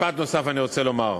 משפט נוסף אני רוצה לומר.